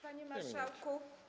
Panie Marszałku!